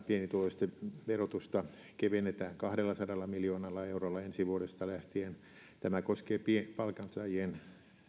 pienituloisten verotusta kevennetään kahdellasadalla miljoonalla eurolla ensi vuodesta lähtien tämä koskee palkansaajien